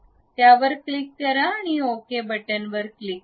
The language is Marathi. तर क्लिक करा आणि ओके क्लिक करा